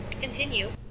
Continue